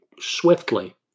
swiftly